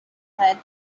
head